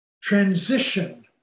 transition